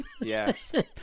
yes